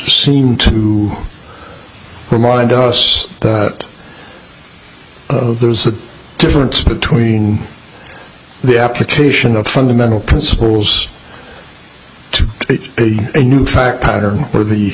seemed to remind us of there's a difference between the application of fundamental principles to a new fact pattern where the